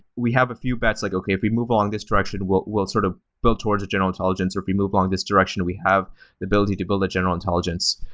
we have a few bets, like, okay. if we move along this direction, we'll we'll sort of build towards a general intelligence, or we move along this direction, we have the ability to build a general intelligence.